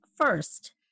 first